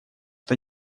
это